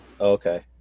okay